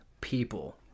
people